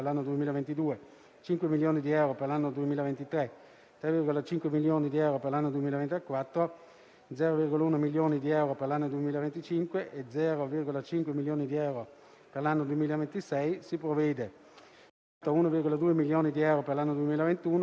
quanto a 2,9 milioni di euro per l'anno 2022, 4 milioni di euro per l'anno 2023, 2,1 milioni di euro per l'anno 2024 e 0,5 milioni di euro per l'anno 2026 mediante corrispondente riduzione del fondo di cui all'articolo 1